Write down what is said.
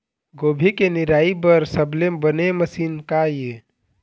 गोभी के निराई बर सबले बने मशीन का ये?